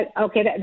Okay